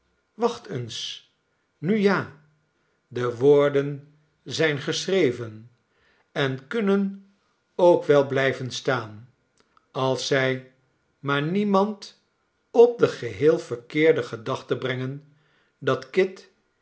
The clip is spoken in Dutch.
wacht eens nu ja de woorden zijn geschreven en kunnen ook wel blijven staan als zij maar niemand op de geheel verkeerde gedachte brengen dat